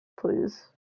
Please